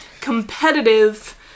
Competitive